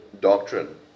doctrine